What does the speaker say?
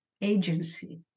agency